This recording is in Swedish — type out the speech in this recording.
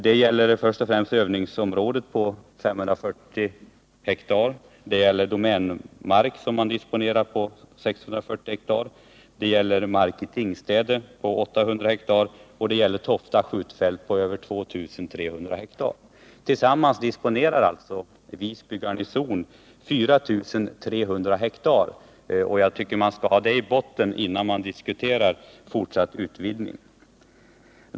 Det gäller först och främst övningsområdet på 540 hektar, det gäller domänmark på 640 hektar, det gäller mark i Tingstäde om 800 hektar och det gäller Tofta skjutfält på över 2 300 hektar. Totalt disponerar alltså Visbygarnisonen 4 300 hektar, och jag tycker att man skall ha det med i bilden när man diskuterar fortsatt utvidgning.